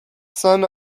son